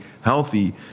healthy